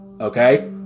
okay